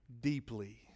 deeply